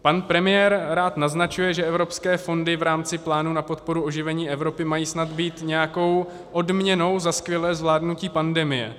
Pan premiér rád naznačuje, že evropské fondy v rámci plánu na podporu oživení Evropy mají snad být nějakou odměnou za skvělé zvládnutí pandemie.